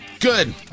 Good